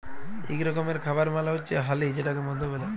ইক রকমের খাবার মালে হচ্যে হালি যেটাকে মধু ব্যলে